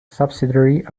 subsidiary